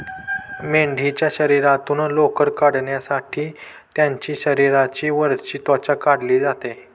मेंढीच्या शरीरातून लोकर काढण्यासाठी त्यांची शरीराची वरची त्वचा काढली जाते